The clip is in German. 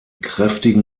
kräftigen